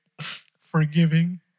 forgiving